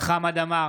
חמד עמאר,